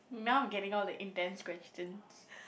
now I'm getting all the intense questions